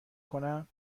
کنم